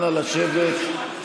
אנא לשבת.